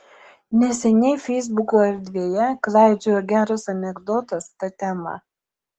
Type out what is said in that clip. neseniai feisbuko erdvėje klaidžiojo geras anekdotas ta tema